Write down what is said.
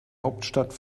hauptstadt